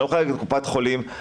היא לא מחייגת לקופת חולים,